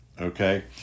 okay